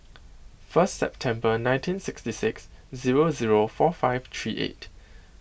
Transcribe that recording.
first September nineteen sixty six zero zero four five three eight